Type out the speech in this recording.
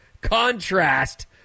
contrast